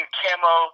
camo